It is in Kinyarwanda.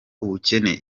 ubukene